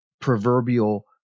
proverbial